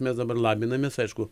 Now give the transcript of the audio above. mes dabar labinamės aišku